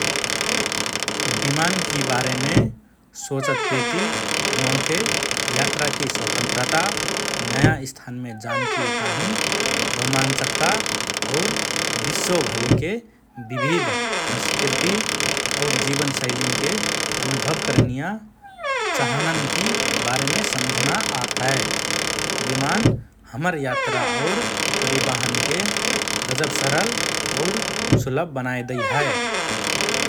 विमानकि बारेमे सोचतपेति मोके यात्राकि स्वतन्त्रता, नया स्थानमे जानके ताहिँ रोमञ्चकता और विश्वभरिके विविध संस्कृति और जीवनशैलीन्कि अनुभव करनिया चाहनन्कि बारेमे सम्झना आत हए । विमान हमर यात्रा और परिवहनके गजब सरल और सुलभ बनाएदई हए ।